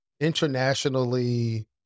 internationally